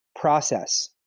process